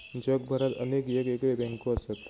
जगभरात अनेक येगयेगळे बँको असत